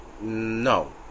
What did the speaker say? No